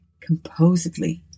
composedly